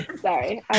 Sorry